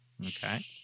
Okay